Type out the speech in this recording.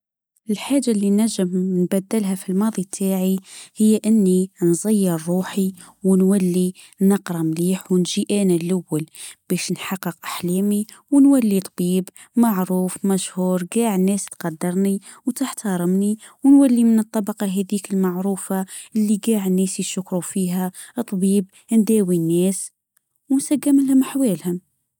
الحاجة اللي ناجم نبدلها في الماضي تاعي هي اني نغير روحي ونولي نقرا مليح ونجي انا الاول باش نحقق احلامنا ونولي طبيب معروف مشهور تع الناس قدرنا وتحتارمني ونولي من الطبقة هاديك المعروفة اللي قاعد الناس يشكروا فيها وطبيب انداوي الناس ونسدجم احوالهم.